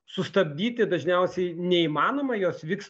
sustabdyti dažniausiai neįmanoma jos vyks